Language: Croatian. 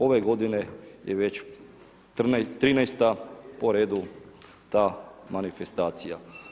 Ove godine je već 13. po redu ta manifestacija.